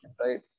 right